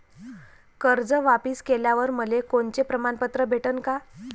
कर्ज वापिस केल्यावर मले कोनचे प्रमाणपत्र भेटन का?